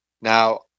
Now